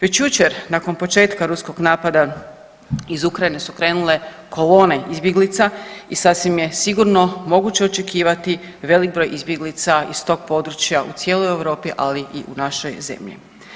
Već jučer nakon početka ruskog napada iz Ukrajine su krenule kolone izbjeglica i sasvim je sigurno moguće očekivati veliki broj izbjeglica iz tog područja u cijeloj Europi ali i u našoj zemlji.